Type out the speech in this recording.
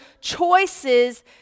choices